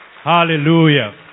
Hallelujah